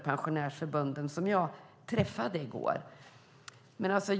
Detta är en av de saker som verkligen oroade dem.